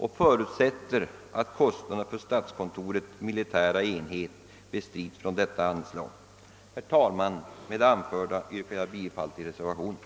Vi förutsätter att kostnaderna för statskontorets militära enhet skall bestridas ur detta anslag. Herr talman! Med det anförda ber jag att få yrka bifall till reservationen.